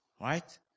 Right